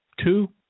two